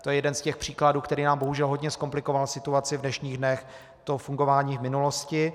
To je jeden z těch příkladů, který nám bohužel hodně zkomplikoval situaci v dnešních dnech to fungování v minulosti.